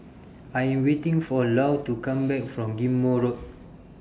I Am waiting For Lou to Come Back from Ghim Moh Road